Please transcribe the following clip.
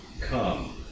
come